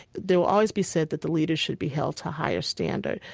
there will always be said that the leaders should be held to a higher standard.